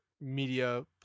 media